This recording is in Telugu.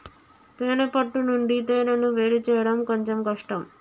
తేనే పట్టు నుండి తేనెను వేరుచేయడం కొంచెం కష్టం